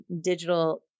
digital